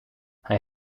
hij